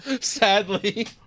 sadly